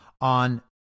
on